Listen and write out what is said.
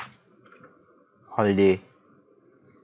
holiday